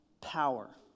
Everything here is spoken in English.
power